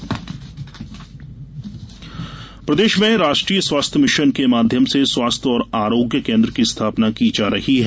health and wellness centre प्रदेश में राष्ट्रीय स्वास्थ्य मिशन के माध्यम से स्वास्थ्य और आरोग्य केन्द्र की स्थापना की जा रही है